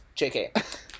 JK